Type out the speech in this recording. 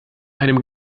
einem